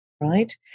right